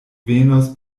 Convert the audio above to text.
venos